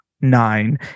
nine